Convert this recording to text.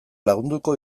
landuko